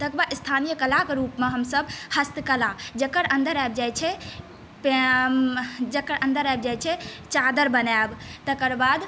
तकर बाद स्थानीय कलाकेँ रूपमे हमसभ हस्तकला जेकर अन्दर आबि जाइत छै जकर अन्दर आबि जाइत छै चादरि बनायब तकर बाद